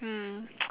hmm